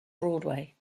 broadway